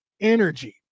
energy